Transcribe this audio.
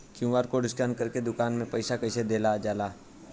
QR code scan करके दुकान में पईसा कइसे देल जाला?